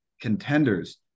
Contenders